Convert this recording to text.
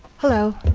hello.